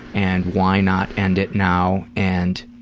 and why not end it now, and,